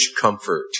comfort